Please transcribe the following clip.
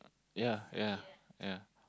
ya ya ya